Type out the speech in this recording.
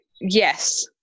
Yes